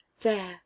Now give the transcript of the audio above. there